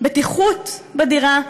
בטיחות בדירה,